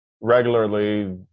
regularly